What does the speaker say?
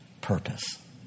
purpose